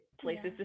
places